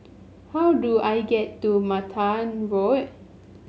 how do I get to Mattar Road